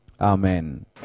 Amen